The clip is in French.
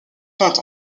peinte